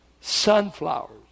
sunflowers